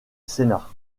sénat